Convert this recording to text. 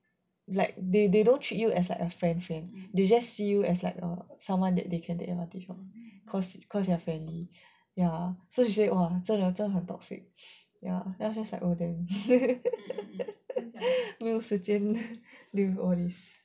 like they they don't treat you as like a friend friend they just see you as like err someone that they can take advantage of cause cause your friendly ya so she say !wah! 这种真的很 toxic ya then after that she's just like over there 没有时间 deal with all these